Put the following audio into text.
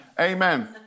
Amen